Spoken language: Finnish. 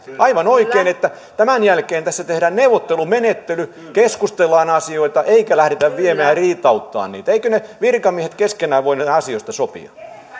aivan oikein että tämän jälkeen tässä tehdään neuvottelumenettely keskustellaan asioista eikä lähdetä viemään riitauttamaan niitä eivätkö ne virkamiehet keskenään voi näistä asioista sopia